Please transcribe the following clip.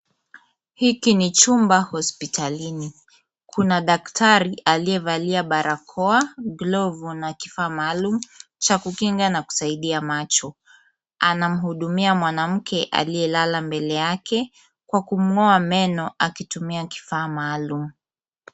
Hiki ni chumba hospitalini, kuna daktari aliyevalia barakoa, glovu na kifaa maalum cha kukinga na kusaidia macho. Anamhudumia mwanamke aliyelala mbele yake kwa kumng'oa meno akitumia kifaa maalum.